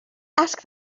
ask